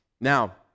Now